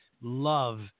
love